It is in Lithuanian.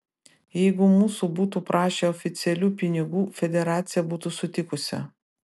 jeigu mūsų būtų prašę oficialių pinigų federacija būtų sutikusi